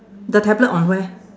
the tablet on where